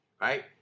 right